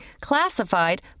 classified